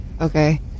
Okay